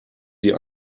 sie